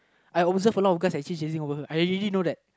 I observe a lot of guys actually chasing over her I already know that